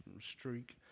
streak